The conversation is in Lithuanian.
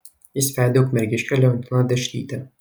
jis vedė ukmergiškę leontiną dešrytę